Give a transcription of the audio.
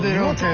don't